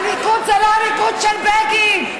הליכוד זה לא הליכוד של בגין,